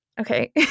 okay